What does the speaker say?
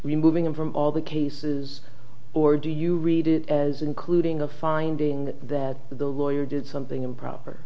removing him from all the cases or do you read it as including a finding that the lawyer did something improper